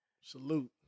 Salute